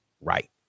right